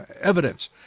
evidence